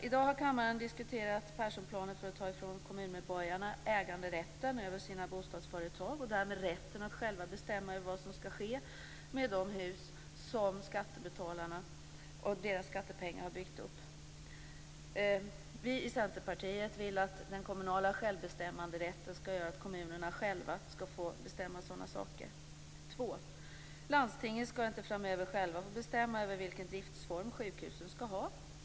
I dag har kammaren diskuterat "Perssonplanen", dvs. att ta ifrån kommunmedborgarna äganderätten över sina bostadsföretag och därmed rätten att själva bestämma över vad som skall ske med de hus som har byggts upp av skattebetalarnas pengar. Vi i Centerpartiet vill att den kommunala självbestämmanderätten skall göra att kommunerna själva får bestämma sådana saker. 2. Landstingen skall inte framöver själva få bestämma över vilken driftform sjukhusen skall ha.